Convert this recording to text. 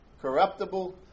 corruptible